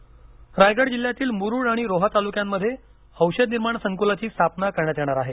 औषध निर्माण रायगड जिल्ह्यातील मुरूड आणि रोहा तालुक्यांमध्ये औषध निर्माण संकुलाची स्थापना करण्यात येणार आहे